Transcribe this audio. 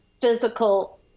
physical